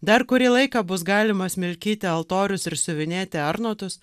dar kurį laiką bus galima smilkyti altorius ir siuvinėti arnotus